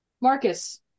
Marcus